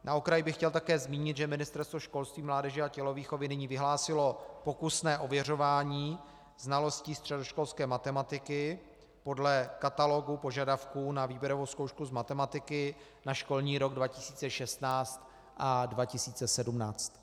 Na okraj bych chtěl také zmínit, že Ministerstvo školství, mládeže a tělovýchovy nyní vyhlásilo pokusné ověřování znalostí středoškolské matematiky podle katalogu požadavků na výběrovou zkoušku z matematiky na školní rok 2016 a 2017.